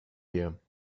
here